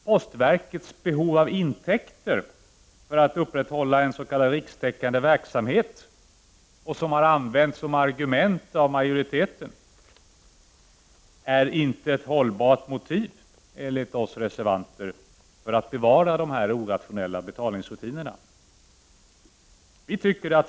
Postverkets behov av intäkter för att upprätthålla en s.k. rikstäckande verksamhet — det har använts som argument av majoriteten — är, enligt oss reservanter, inget hållbart motiv för att bevara dessa orationella betalnings rutiner.